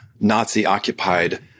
Nazi-occupied